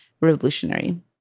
revolutionary